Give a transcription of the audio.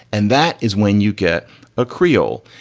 and that is when you get a creole,